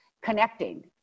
connecting